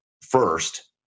first